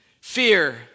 Fear